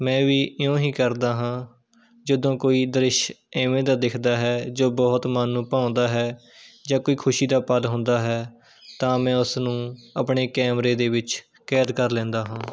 ਮੈਂ ਵੀ ਇਊਂ ਹੀ ਕਰਦਾ ਹਾਂ ਜਦੋਂ ਕੋਈ ਦ੍ਰਿਸ਼ ਇਵੇਂ ਦਾ ਦਿਖਦਾ ਹੈ ਜੋ ਬਹੁਤ ਮਨ ਨੂੰ ਭਾਉਂਦਾ ਹੈ ਜਾਂ ਕੋਈ ਖੁਸ਼ੀ ਦਾ ਪਲ਼ ਹੁੰਦਾ ਹੈ ਤਾਂ ਮੈਂ ਉਸ ਨੂੰ ਆਪਣੇ ਕੈਮਰੇ ਦੇ ਵਿੱਚ ਕੈਦ ਕਰ ਲੈਂਦਾ ਹਾਂ